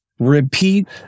repeat